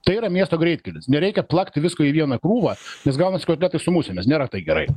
tai yra miesto greitkelis nereikia plakti visko į vieną krūvą gaunasi kotletai su musėmis nėra tai gerai